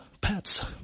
pets